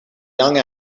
young